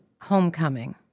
Homecoming